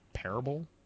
Parable